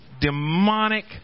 demonic